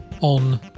on